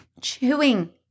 chewing